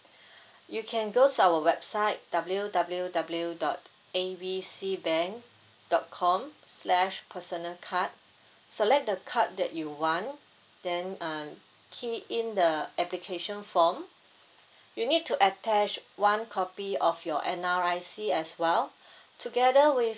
you can go to our website W W W dot A B C bank dot com slash personal card select the card that you want then uh key in the application form you need to attach one copy of your N_R_I_C as well together with